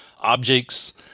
objects